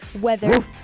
Weather